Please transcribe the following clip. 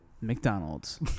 McDonald's